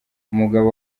umugabo